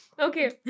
Okay